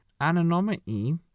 anonymity